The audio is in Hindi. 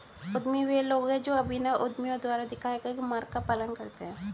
उद्यमी वे लोग हैं जो अभिनव उद्यमियों द्वारा दिखाए गए मार्ग का पालन करते हैं